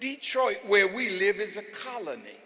detroit where we live is a colony